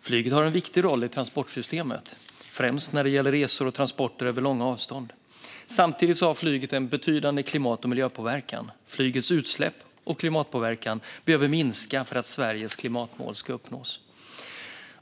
Flyget har en viktig roll i transportsystemet, främst när det gäller resor och transporter över långa avstånd. Samtidigt har flyget en betydande klimat och miljöpåverkan. Flygets utsläpp och klimatpåverkan behöver minska för att Sveriges klimatmål ska uppnås.